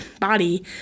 body